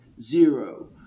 zero